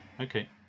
Okay